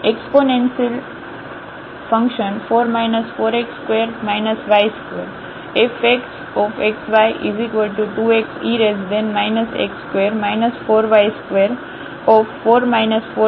તેથી 2 x અને આ એકસપોનેન્સિલ ફંકશન 4 4x2 y2